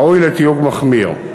שראויה לתיוג מחמיר.